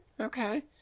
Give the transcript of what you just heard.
Okay